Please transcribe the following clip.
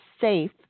safe